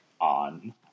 on